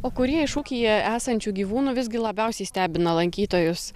o kurie iš ūkyje esančių gyvūnų visgi labiausiai stebina lankytojus